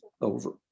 over